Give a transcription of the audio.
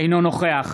אינו נוכח